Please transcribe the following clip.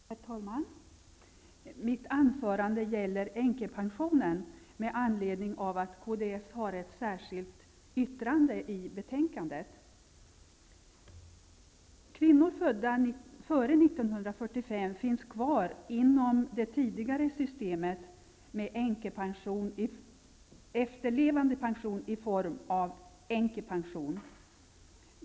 Herr talman! Mitt anförande gäller änkepensionen -- jag håller det med anledning av att kds har ett särskilt yttrande i betänkandet. Kvinnor födda före 1945 finns kvar inom det tidigare systemet med efterlevandepension i form av änkepension.